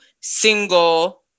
single